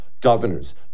governors